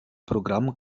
programm